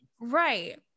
right